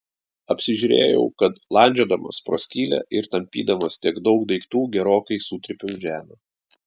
apsižiūrėjau kad landžiodamas pro skylę ir tampydamas tiek daug daiktų gerokai sutrypiau žemę